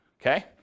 Okay